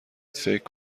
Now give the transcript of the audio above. فکر